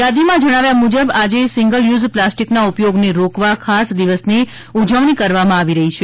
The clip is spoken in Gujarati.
યાદીમાં જણાવાયા મુજબ આજે સિંગલ યુઝ પ્લાસ્ટિકના ઉપયોગને રોકવા ખાસ દિવસની ઉજવણી કરવામાં આવી રહી છે